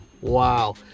Wow